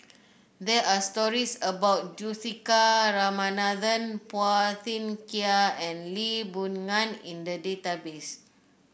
there are stories about Juthika Ramanathan Phua Thin Kiay and Lee Boon Ngan in the database